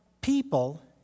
people